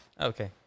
Okay